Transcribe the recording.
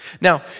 Now